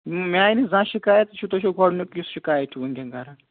مےٚ آے نہٕ زانٛہہ شِکایت یہِ چھِو تُہۍ چھِو گۄڈنِیُک یُس شِکایت چھُ وٕنۍکٮ۪ن کَران